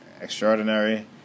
extraordinary